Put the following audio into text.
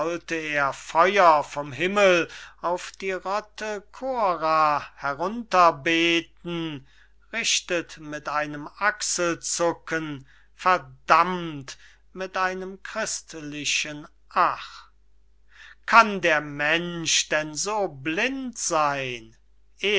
er feuer vom himmel auf die rotte korah herunter beten richtet mit einem achselzucken verdammt mit einem christlichen ach kann der mensch denn so blind seyn